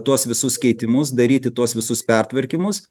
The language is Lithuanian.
tuos visus keitimus daryti tuos visus pertvarkymus